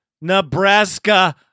Nebraska